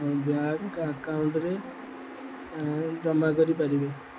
bank ଆକାଉଣ୍ଟରେ ଜମା କରିପାରିବେ